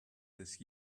this